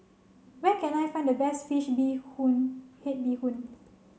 where can I find the best Fish Bee Hoon Head Bee Hoon